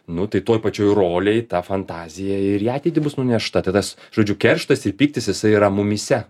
nu tai toj pačioj rolėj ta fantazija ir į ateitį bus nunešta tai tas žodžiu kerštas ir pyktis jisai yra mumyse